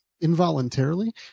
involuntarily